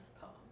poem